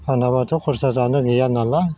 फानाबाथ' खरसा जानो गैया नालाय